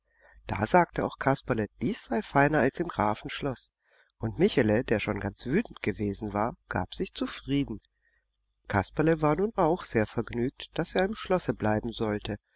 da sagte auch kasperle dies sei feiner als im grafenschloß und michele der schon ganz wütend gewesen war gab sich zufrieden kasperle war nun auch sehr vergnügt daß er im schlosse bleiben sollte